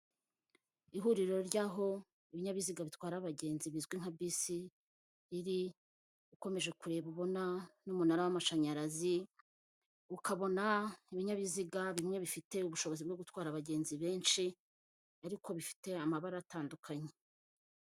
Ihuriro ry'aho ibinyabiziga bitwara abagenzi bizwi nka bisi riri, ukomeje kureba ubona n'umunara w'amashanyarazi, ukabona ibinyabiziga bimwe bifite ubushobozi bwo gutwara abagenzi benshi, ariko bifite amabara atandukanye.